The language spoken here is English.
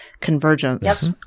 Convergence